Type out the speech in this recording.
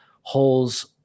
holes